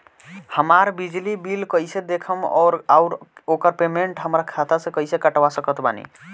हमार बिजली बिल कईसे देखेमऔर आउर ओकर पेमेंट हमरा खाता से कईसे कटवा सकत बानी?